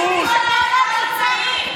חבר הכנסת רביבו, קודם כול בישיבה.